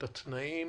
את התנאים